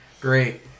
Great